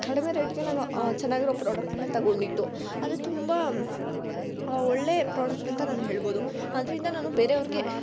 ಕಡಿಮೆ ರೇಟ್ಗೆ ನಾನು ಚೆನ್ನಾಗಿರೋ ಪ್ರಾಡಕ್ಟನ್ನು ತೊಗೊಂಡಿದ್ದು ಅದು ತುಂಬ ಒಳ್ಳೆ ಪ್ರಾಡಕ್ಟ್ ಅಂತ ನಾನು ಹೇಳ್ಬೋದು ಅದ್ರಿಂದ ನಾನು ಬೇರೆಯವ್ರಿಗೆ